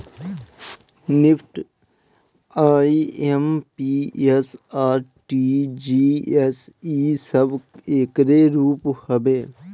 NEFT, IMPS, RTGS इ सब एकरे रूप हवे